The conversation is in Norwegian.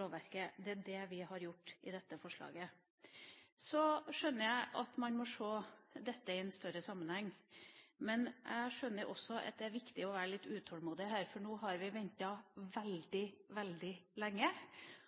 lovverket. Det er det vi har gjort i dette forslaget. Så skjønner jeg at man må se dette i en større sammenheng. Men jeg skjønner også at det er viktig å være litt utålmodig her, for nå har vi ventet veldig, veldig lenge.